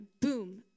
Boom